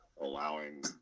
allowing